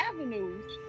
avenues